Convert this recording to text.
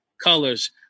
colors